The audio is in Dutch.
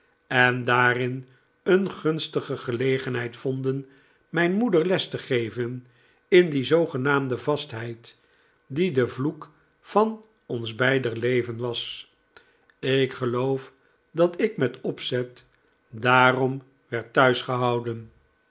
en daarin een gunstige gelegenheid vonden mijn moeder les te geven in die zoogenaamde vastheid die de vloek van ons beider leven was ik geloof dat ik met opzet daarom werd thuis gehouden